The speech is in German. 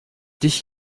dich